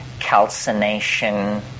calcination